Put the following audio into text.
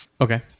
Okay